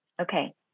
Okay